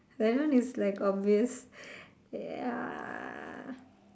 that one is like obvious ya